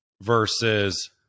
versus